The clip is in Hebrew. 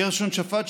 גרשון שפט,